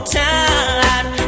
time